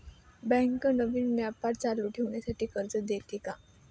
Bank नवीन व्यापार चालू करण्यासाठी कर्ज देते का?